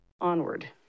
Onward